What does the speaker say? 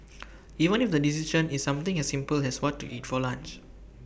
even if the decision is something as simple as what to eat for lunch